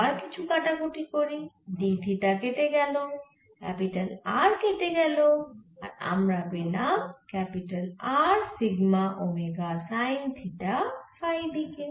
আবার কিছু কাটাকুটি করি d থিটা কেটে গেল R কেটে গেল আর আমরা পেলাম R sigma omega sine theta phi দিকে